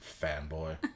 Fanboy